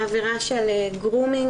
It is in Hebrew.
העבירה של grooming,